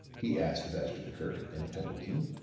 he asked of ashton-kirk and pendleton.